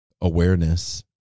awareness